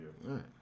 Right